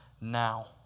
now